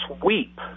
sweep